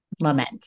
lament